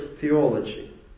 theology